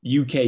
UK